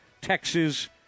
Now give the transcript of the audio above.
Texas